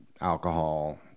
alcohol